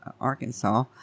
Arkansas